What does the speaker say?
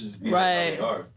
Right